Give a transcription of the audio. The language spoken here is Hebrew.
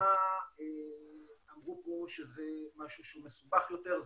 למה אמרו פה שזה משהו מסובך יותר.